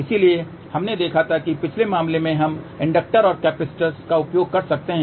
इसलिए हमने देखा था कि पिछले मामले में हम इंडक्टर और कैपेसिटर का उपयोग कर सकते हैं